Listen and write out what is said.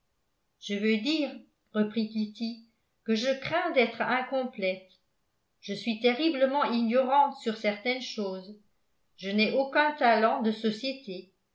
je veux dire reprit kitty que je crains d'être incomplète je suis terriblement ignorante sur certaines choses je n'ai aucuns talents de société